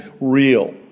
real